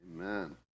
amen